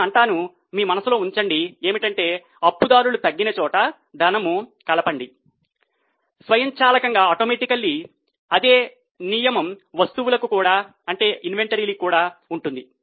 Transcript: నేను అంటాను మీ మనసులో ఉంచండి ఏమిటంటే అప్పు దారులు తగ్గినచోట ధనము కలపండి స్వయంచాలకంగా అదే నియమం వస్తువులకు కూడా ఉంటుంది